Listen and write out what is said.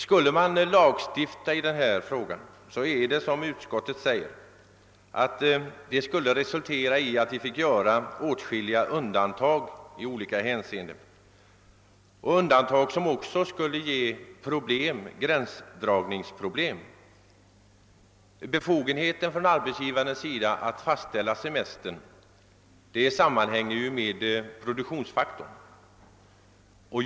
Skulle vi lagstifta i den här frågan, skulle det såsom utskottet säger resultera i att vi i åtskilliga hänsenden fick göra undantag, som skulle medföra gränsdragningsproblem. Befogenheten för arbetsgivaren att fastställa semesterns förläggning sammanhänger med förutsättningarna för produktionen.